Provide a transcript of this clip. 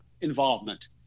involvement